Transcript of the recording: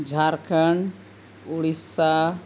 Jharkhand Odisha